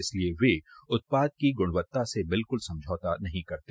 इसलिए व उत्पाद की गुणवत्ता से बिल्कुल समझौता नहीं करते